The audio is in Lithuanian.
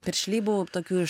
piršlybų tokių iš